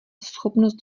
schopnost